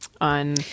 on